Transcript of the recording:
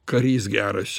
karys geras